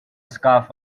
scarf